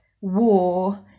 war